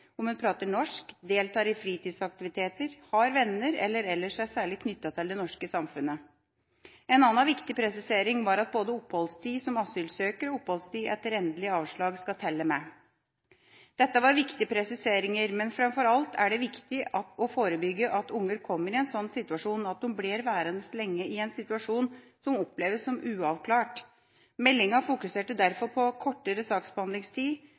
prater norsk, deltar i fritidsaktiviteter, har venner eller ellers er særlig knyttet til det norske samfunnet. En annen viktig presisering var at både oppholdstid som asylsøker og oppholdstid etter endelig avslag skal telle med. Dette var viktige presiseringer, men framfor alt er det viktig å forebygge at unger kommer i en slik situasjon at de blir værende lenge i en situasjon som oppleves som uavklart. Meldinga fokuserte derfor på kortere saksbehandlingstid,